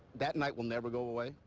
that night will never go away.